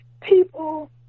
people